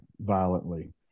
violently